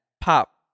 pop